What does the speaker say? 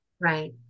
Right